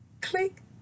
Click